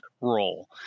role